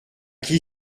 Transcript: qui